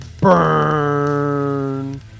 Burn